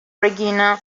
regina